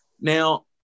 now